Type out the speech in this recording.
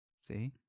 See